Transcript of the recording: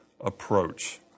approach